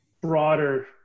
broader